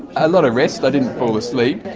a lot of rest, i didn't fall asleep.